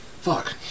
Fuck